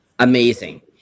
Amazing